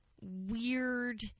weird